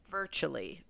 virtually